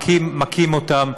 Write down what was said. מכים אותם,